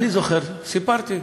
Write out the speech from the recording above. סיפרתי.